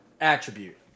attribute